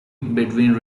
between